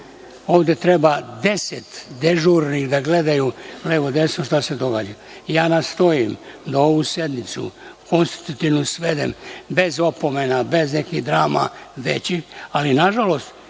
Ovde treba deset dežurnih da gledaju levo desno šta se događa. Ja nastojim da ovu konstitutivnu sednicu svedem bez opomena, bez nekih većih drama, ali nažalost